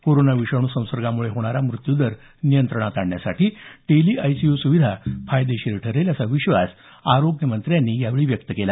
corona विषाणू संसर्गामुळे होणारा म़त्यूदर नियंत्रणासाठी टेलीआयसीयु सुविधा फायदेशीर ठरेल असा विश्वास आरोग्यमंत्र्यांनी यावेळी व्यक्त केला